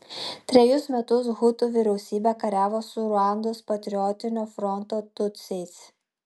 trejus metus hutų vyriausybė kariavo su ruandos patriotinio fronto tutsiais